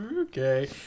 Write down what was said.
okay